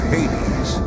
Hades